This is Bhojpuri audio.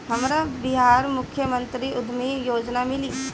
हमरा बिहार मुख्यमंत्री उद्यमी योजना मिली?